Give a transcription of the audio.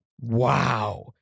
wow